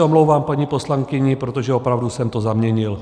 Omlouvám se paní poslankyni, protože opravdu jsem to zaměnil.